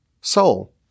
soul